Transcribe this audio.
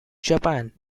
japan